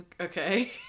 Okay